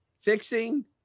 fixing